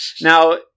Now